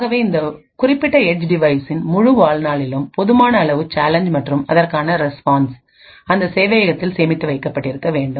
ஆகவே இந்த குறிப்பிட்ட ஏட்ஜ் டிவைஸ்சின் முழு வாழ்நாளிலும் போதுமான அளவு சேலஞ்ச் மற்றும் அதற்கான ரெஸ்பான்ஸ் அந்த சேவையகத்தில் சேமித்து வைக்கப்பட்டிருக்க வேண்டும்